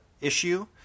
issue